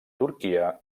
turquia